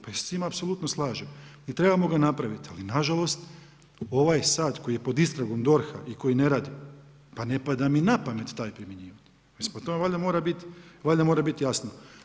Pa ja se s tim apsolutno slažem i trebamo ga napraviti ali nažalost ovaj sad koji je pod istragom DORH-a i koji ne rade, pa ne pada mi napamet taj primjenjivati, mislim pa to vam valjda mora biti jasno.